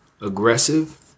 aggressive